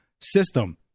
system